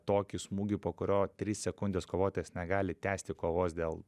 tokį smūgį po kurio tris sekundes kovotojas negali tęsti kovos dėl